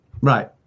Right